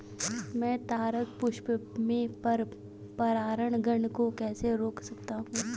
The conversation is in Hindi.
मैं तारक पुष्प में पर परागण को कैसे रोक सकता हूँ?